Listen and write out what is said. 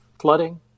flooding